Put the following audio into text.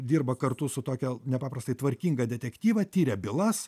dirba kartu su tokia nepaprastai tvarkinga detektyvą tiria bylas